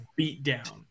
beatdown